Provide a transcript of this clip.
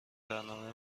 برنامه